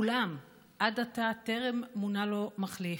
אולם עד עתה טרם מונה לו מחליף.